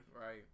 Right